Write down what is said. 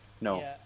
No